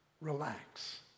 relax